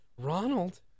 Ronald